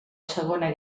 segona